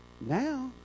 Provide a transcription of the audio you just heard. now